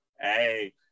Hey